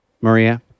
Maria